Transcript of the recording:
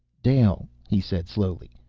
dale, he said slowly,